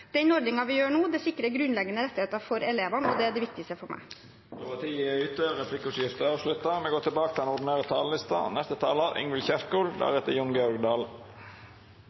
Den ordningen vi lager nå, sikrer grunnleggende rettigheter for elevene, og det er det viktigste for meg. Replikkordskiftet er avslutta. Koronapandemien har rammet helse, trygghet, arbeidsplasser og